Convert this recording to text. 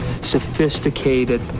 sophisticated